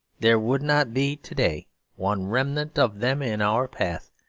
there would not be to-day one remnant of them in our path,